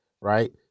right